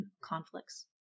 conflicts